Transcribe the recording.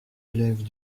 élèves